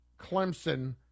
Clemson